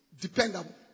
dependable